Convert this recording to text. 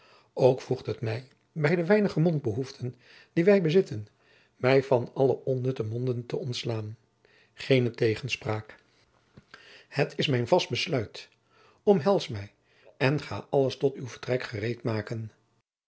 ook voegt het mij bij de weinige mondbehoeften die wij bezitten mij van alle onnutte monden te ontslaan geene tegenspraak het is mijn vast besluit omhels mij en ga alles tot uw vertrek gereed